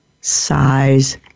size